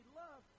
love